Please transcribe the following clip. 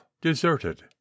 Deserted